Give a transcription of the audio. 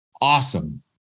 awesome